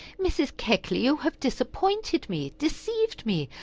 mrs. keckley, you have disappointed me deceived me.